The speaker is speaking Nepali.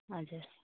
हजुर